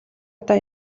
одоо